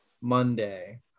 Monday